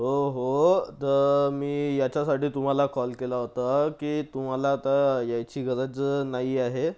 हो हो तर मी याच्यासाठी तुम्हाला कॉल केला होता की तुम्हाला आता यायची गरज नाही आहे